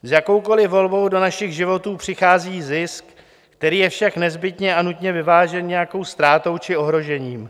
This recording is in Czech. S jakoukoliv volbou do našich životů přichází zisk, který je však nezbytně a nutně vyvážen nějakou ztrátou či ohrožením.